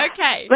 Okay